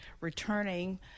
returning